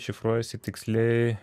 šifruojasi tiksliai